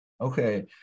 Okay